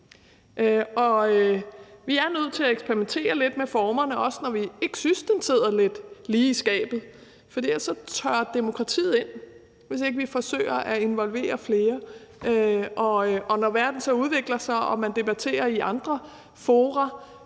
Vi er nødt til at eksperimentere lidt med formerne, også når vi ikke synes, at den sidder lige i skabet, for hvis ikke vi forsøger at involvere flere, tørrer demokratiet ind. Og når verden så udvikler sig og man debatterer i andre fora,